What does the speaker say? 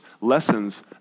lessons